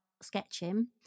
sketching